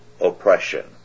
oppression